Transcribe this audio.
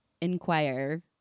inquire